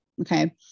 okay